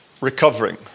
recovering